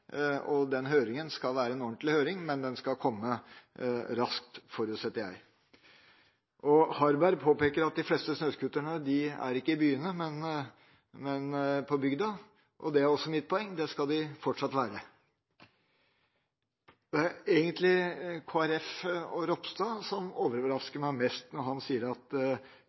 og den høringen skal være en ordentlig høring. Men den skal komme raskt, forutsetter jeg. Harberg påpeker at de fleste snøscooterne er ikke i byene, men på bygda. Det er også mitt poeng – det skal de fortsatt være. Det er egentlig Kristelig Folkeparti og Ropstad som overrasker meg mest, når han sier at